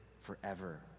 forever